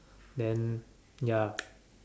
then ya